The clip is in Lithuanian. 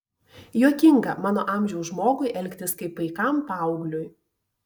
juokinga mano amžiaus žmogui elgtis kaip paikam paaugliui